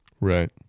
Right